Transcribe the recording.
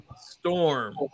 Storm